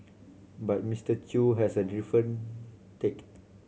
but Mister Chew has a different take